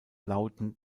lauten